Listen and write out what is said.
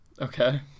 okay